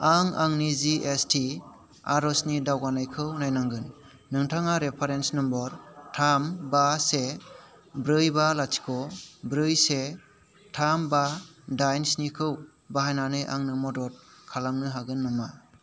आं आंनि G S T आर'जनि दावगानायखौ नायनांगोन नोंथाङा रेफारेन्स नम्बर थाम बा से ब्रै बा लाथिख' ब्रै से थाम बा दाइन स्निखौ बाहायनानै आंनो मदद खालामनो हागोन नामा